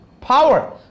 power